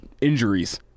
injuries